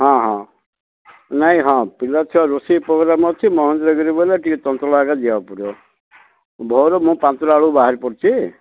ହଁ ହଁ ନାଇଁ ହଁ ପିଲାଛୁଆ ରୋଷେଇ ପ୍ରୋଗ୍ରାମ୍ ଅଛି ମହେନ୍ଦ୍ରଗିରି ବୋଇଲେ ଟିକେ ଚଞ୍ଚଳ ଆକା ଯିବାକୁ ପଡ଼ିବ ଭୋରୁ ମୁଁ ପାଞ୍ଚଟା ବେଳକୁ ବାହାରି ପଡ଼ିଛି